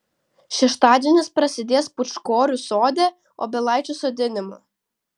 šeštadienis prasidės pūčkorių sode obelaičių sodinimu